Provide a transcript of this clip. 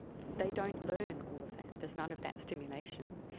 they don't learn all of that, there's none of that stimulation.